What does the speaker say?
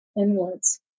inwards